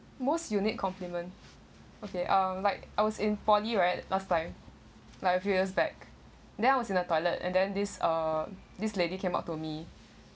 most unique compliment okay ah like I was in poly right last time like a few years back then I was in a toilet and then this uh this lady came up to me